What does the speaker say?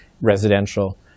residential